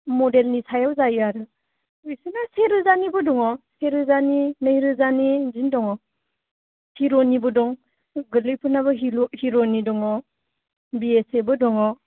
मदेलनि सायाव जायो आरो बिदिनो जि रोजानिबो दङ से रोजानि नै रोजानि बिदिनो दङ हिर'निबो दं गोरलैफोरनाबो हिर'नि दङ बि एस एबो दङ